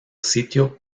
sitio